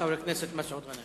חבר הכנסת מסעוד גנאים.